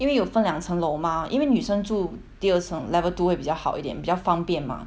因为有分两层楼 mah 因为女生住第二层 level two 会比较好一点比较方便 mah